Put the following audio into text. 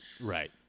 Right